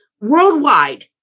worldwide